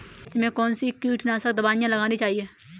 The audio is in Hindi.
मिर्च में कौन सी कीटनाशक दबाई लगानी चाहिए?